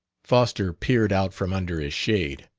foster peered out from under his shade.